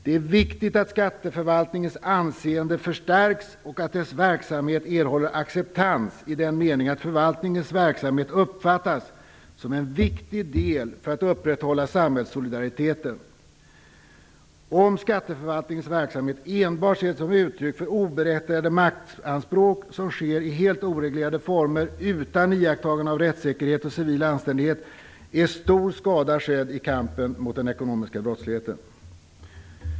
Det är viktigt att skatteförvaltningens anseende förstärks och att dess verksamhet erhåller acceptans i den meningen att förvaltningens verksamhet uppfattas som en viktig del för att upprätthålla samhällssolidariteten. Om skatteförvaltningens verksamhet enbart ses som uttryck för oberättigade maktanspråk som sker i helt oreglerade former utan iakttagande av rättssäkerhet och civil anständighet, är stor skada skedd i kampen mot den ekonomiska brottsligheten.